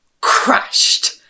crashed